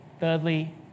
Thirdly